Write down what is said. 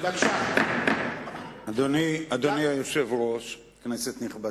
אדוני היושב-ראש, כנסת נכבדה,